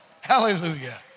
Hallelujah